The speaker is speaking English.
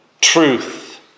truth